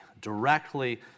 directly